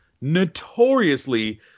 notoriously